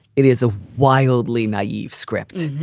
it is a wildly naive script.